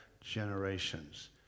generations